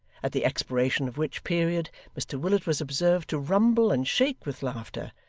at the expiration of which period mr willet was observed to rumble and shake with laughter,